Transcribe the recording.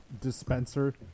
dispenser